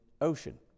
Ocean